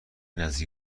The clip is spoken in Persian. نزدیکی